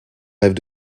rêves